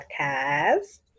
podcast